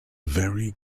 very